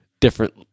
different